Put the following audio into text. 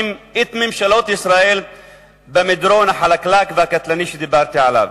את ממשלות ישראל במדרון החלקלק והקטלני שדיברתי עליו.